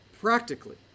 Practically